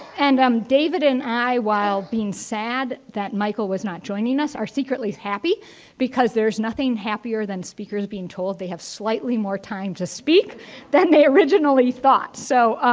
and um david and i, while being sad that michael was not joining us, are secretly happy because there's nothing happier than speakers being told they have slightly more time to speak than they originally thought. so,